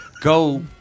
go